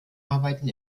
arbeiteten